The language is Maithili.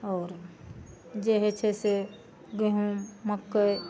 आओर जे हइ छै से गहूॅंम मकइ